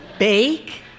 Bake